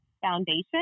Foundation